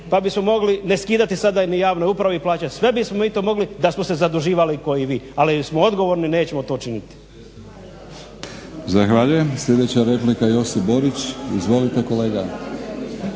pa bismo mogli ne skidati sada ni javnoj upravi plaće. Sve bismo mi to mogli da smo se zaduživali kao i vi, ali smo odgovorni nećemo to činiti. **Batinić, Milorad (HNS)** Zahvaljujem. Sljedeća replika Josip Borić. Izvolite kolega.